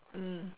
mm